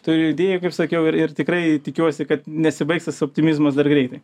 turiu idėjų kaip sakiau ir ir tikrai tikiuosi kad nesibaigs tas optimizmas dar greitai